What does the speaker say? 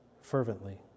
fervently